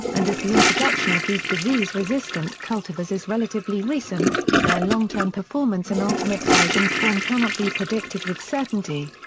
and as the introduction of these disease-resistant cultivars is relatively recent, their long-term performance and ultimate size and form cannot be predicted with certainty.